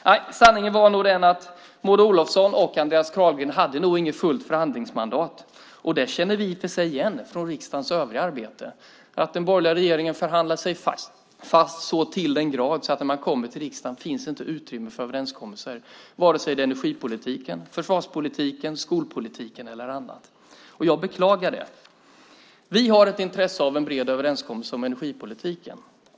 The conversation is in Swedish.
Nej, sanningen var nog den att Maud Olofsson och Andreas Carlgren inte hade fullt förhandlingsmandat. Det känner vi i och för sig igen från riksdagens övriga arbete. Den borgerliga regeringen förhandlar fast sig till den grad att det, när man kommer till riksdagen, inte finns utrymme för överenskommelser, vare sig det är energipolitiken, försvarspolitiken, skolpolitiken eller något annat. Jag beklagar det. Vi har ett intresse av en bred överenskommelse om energipolitiken.